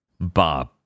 Bob